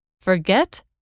forget